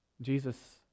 Jesus